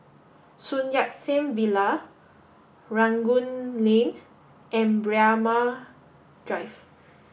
Sun Yat Sen Villa Rangoon Lane and Braemar Drive